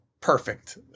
perfect